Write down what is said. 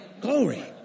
Glory